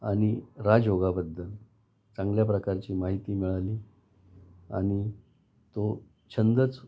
आणि राजयोगाबद्दल चांगल्या प्रकारची माहिती मिळाली आणि तो छंदच